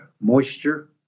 moisture